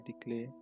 declare